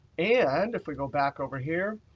and if we go back over here,